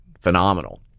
phenomenal